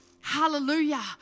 Hallelujah